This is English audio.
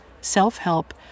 Self-Help